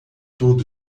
tudo